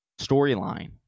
storyline